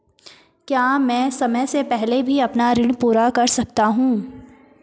क्या मैं समय से पहले भी अपना ऋण पूरा कर सकता हूँ?